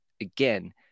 Again